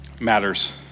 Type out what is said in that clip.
matters